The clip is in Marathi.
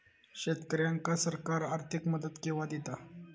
शेतकऱ्यांका सरकार आर्थिक मदत केवा दिता?